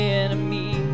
enemy